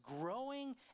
growing